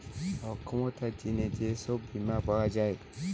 অক্ষমতার জিনে যে সব বীমা পাওয়া যায়